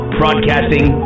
broadcasting